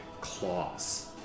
claws